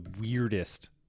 weirdest